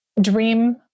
Dream